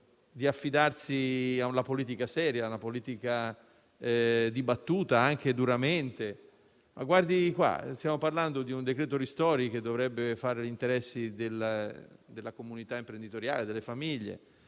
di affidarsi a una politica seria, a una politica dibattuta anche duramente. Stiamo parlando di un decreto-legge ristori che dovrebbe fare gli interessi della comunità imprenditoriale e delle famiglie.